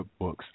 cookbooks